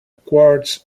quartz